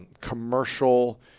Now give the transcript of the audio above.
commercial